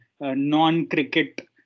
non-cricket